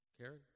Karen